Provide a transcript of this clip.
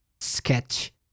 sketch